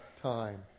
time